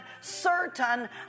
certain